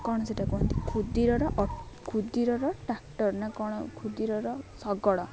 କ'ଣ ସେଟା କୁହନ୍ତି ଖୁଦିରର ଖୁଦିରର ଟ୍ରାକ୍ଟର୍ ନା କ'ଣ ଖୁଦିରର ଶଗଡ଼